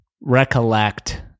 recollect